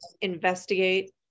investigate